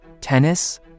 tennis